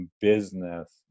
business